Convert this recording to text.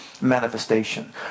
manifestation